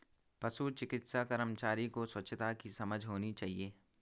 पशु चिकित्सा कर्मचारी को स्वच्छता की समझ होनी चाहिए